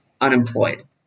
unemployed